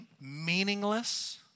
meaningless